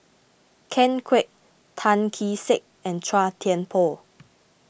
Ken Kwek Tan Kee Sek and Chua Thian Poh